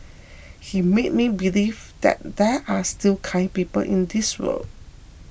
he made me believe that there are still kind people in this world